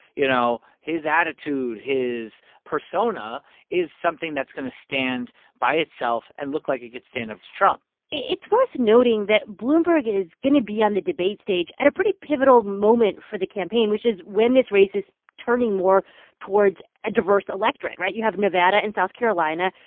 you know, attitude, his persona is something that's going to stand by itself and look like it could stand up to trump it's worth noting that bloomberg is going to be on the debate stage at a pretty pivotal moment for the campaign, which is when this race is turning more towards a diverse electorate, right? you have nevada and south carolina,